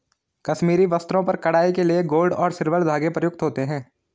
कश्मीरी वस्त्रों पर कढ़ाई के लिए गोल्ड और सिल्वर धागे प्रयुक्त होते हैं